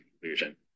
conclusion